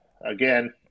Again